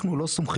אנחנו לא סומכים,